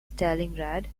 stalingrad